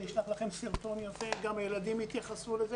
אני אשלח לכם סרטון יפה, גם הילדים התייחסו לזה.